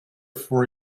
for